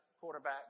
quarterback